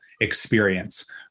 experience